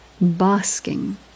Basking